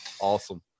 Awesome